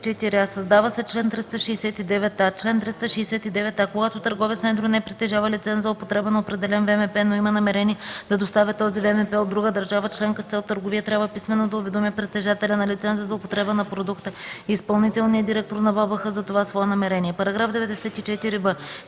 Създава се член 369а: „Чл. 369а. Когато търговец на едро не притежава лиценз за употреба на определен ВМП, но има намерение да доставя този ВМП от друга държава членка с цел търговия, трябва писмено да уведоми притежателя на лиценза за употреба на продукта и изпълнителния директор на БАБХ за това свое намерение.” § 94б.